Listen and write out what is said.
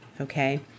Okay